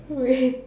wait